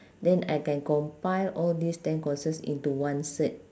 then I can compile all these ten courses into one cert